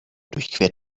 durchquert